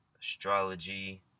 astrology